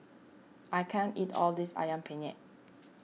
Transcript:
I can't eat all this Ayam Penyet